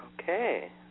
Okay